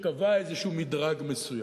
שקבעה איזה מדרג מסוים,